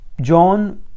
john